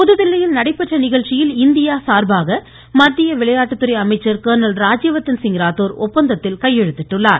புதுதில்லியில் நடைபெற்ற நிகழ்ச்சியில் இந்தியா சார்பாக மத்திய விளையாட்டுத்துறை அமைச்சர் கர்ணல் ராஜ்யவர்தன்சிங் ராத்தோர் ஒப்பந்தத்தில் கையெழுத்திட்டுள்ளார்